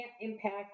impact